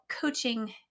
coaching